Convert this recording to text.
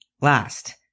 Last